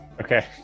Okay